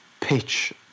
pitch